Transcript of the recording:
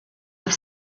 have